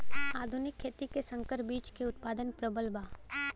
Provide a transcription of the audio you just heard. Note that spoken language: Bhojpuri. आधुनिक खेती में संकर बीज क उतपादन प्रबल बा